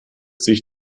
sich